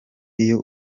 iyo